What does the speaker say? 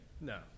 No